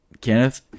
Kenneth